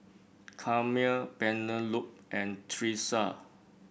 Carmel Penelope and Tresa